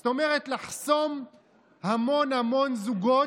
זאת אומרת, לחסום המון זוגות